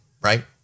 right